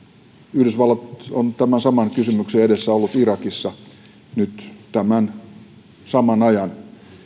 yhdysvallat on tämän saman kysymyksen edessä ollut irakissa nyt tämän saman ajan